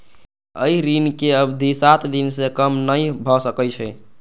एहि ऋणक अवधि सात दिन सं कम नहि भए सकै छै